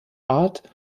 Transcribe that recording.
art